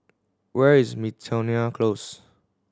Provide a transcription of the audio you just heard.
where is Miltonia Close